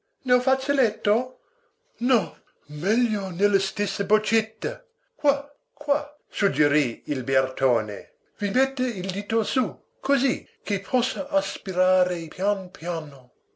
nel fazzoletto no meglio nella stessa boccetta qua qua suggerì il ertone i dette il dito su così che possa aspirare pian piano